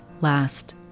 last